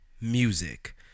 music